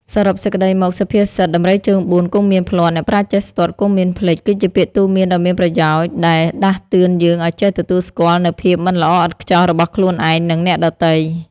សរុបសេចក្តីមក សុភាសិត ដំរីជើងបួនគង់មានភ្លាត់ អ្នកប្រាជ្ញចេះស្ទាត់គង់មានភ្លេច គឺជាពាក្យទូន្មានដ៏មានប្រយោជន៍ដែលដាស់តឿនយើងឱ្យចេះទទួលស្គាល់នូវភាពមិនល្អឥតខ្ចោះរបស់ខ្លួនឯង និងអ្នកដទៃ។